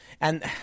and-